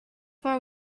far